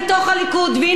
הם יכולים והם משפיעים.